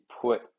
put